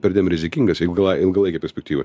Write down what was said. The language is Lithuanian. perdėm rizikingas jeigu glai ilgalaikėj perspektyvoj